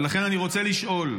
ולכן אני רוצה לשאול,